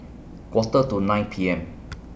Quarter to nine P M